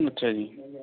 ਅੱਛਾ ਜੀ